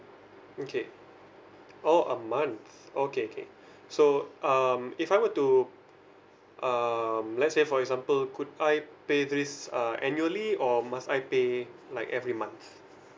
okay oh a month okay okay so um if I were to um let's say for example could I pay this uh annually or must I pay like every month